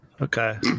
Okay